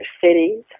cities